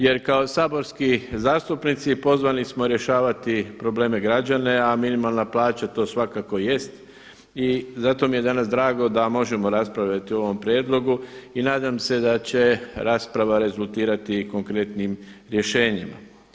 Jer kao saborski zastupnici pozvani smo rješavati probleme građana, a minimalna plaća to svakako jest i zato mi je danas drago da možemo raspravljati o ovome prijedlogu i nadam se da će rasprava rezultirati i konkretnim rješenjima.